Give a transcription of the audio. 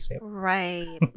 Right